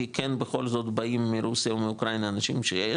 כי בכל זאת באים מרוסיה ואוקראינה אנשים שיש